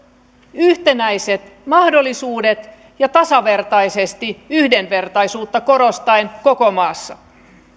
yhtenäiset mahdollisuudet tasavertaisesti yhdenvertaisuutta korostaen koko maassa